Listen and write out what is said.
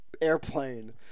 airplane